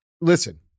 listen